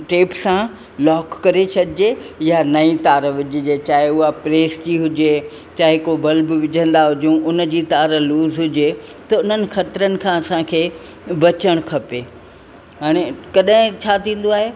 tape सां lock करे छॾिजे या नईं तार विझिजे चाहे उहा प्रेस जी हुजे चाहे को बल्ब विझंदा हुजूं हुन जी तार लूज़ हुजे त उन्हनि ख़तरनि सां असांखे बचणु खपे हाणे कॾहिं छा थींदो आहे